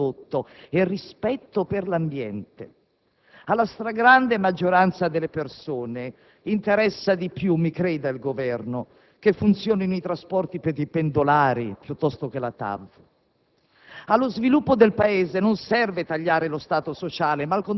serve un rapporto armonioso tra ricerca, innovazione tecnologica e di prodotto e rispetto per l'ambiente. Alla stragrande maggioranza delle persone interessa di più (mi creda il Governo) che funzionino i trasporti per i pendolari piuttosto che la TAV.